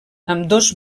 ambdós